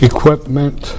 Equipment